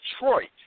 Detroit